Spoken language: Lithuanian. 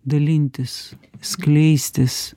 dalintis skleistis